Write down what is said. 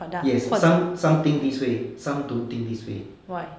yes some some think this way some don't think this way